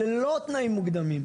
ללא תנאים מוקדמים.